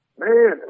Man